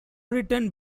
written